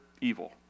evil